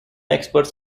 experts